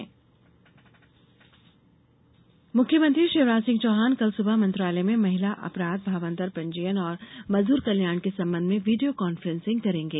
मुख्यमंत्री मुख्यमंत्री शिवराज सिंह चौहान कल सुबह मंत्रालय में महिला अपराध भावांतर पंजीयन और मजदूर कल्याण के संबंध में वीडियो कान्फ्रेंसिंग करेंगे